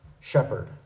shepherd